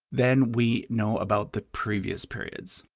than we know about the previous periods.